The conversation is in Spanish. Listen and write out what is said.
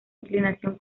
inclinación